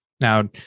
Now